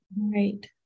Right